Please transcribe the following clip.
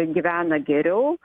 gyvena geriau